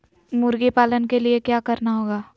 मुर्गी पालन के लिए क्या करना होगा?